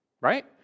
right